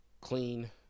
clean